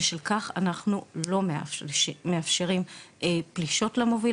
בשל כך אנחנו לא מאפשרים פלישות למוביל